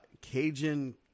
Cajun